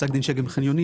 פסק דין שג"מ חניונים,